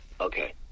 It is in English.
Okay